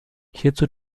hierzu